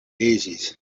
daisies